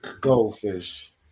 goldfish